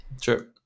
sure